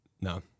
No